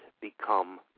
become